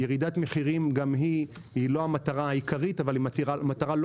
גם ירידת מחירים היא לא מטרה עיקרית אבל היא לא פחות